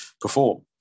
perform